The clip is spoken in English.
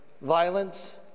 violence